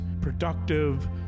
productive